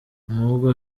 nubwo